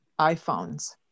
iPhones